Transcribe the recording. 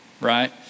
right